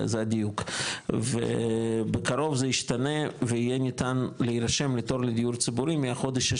זה הדיוק ובקרוב זה ישתנה ויהיה ניתן להירשם לתור לדיור ציבורי,